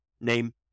name